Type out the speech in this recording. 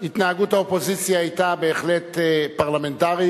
התנהגות האופוזיציה היתה בהחלט פרלמנטרית.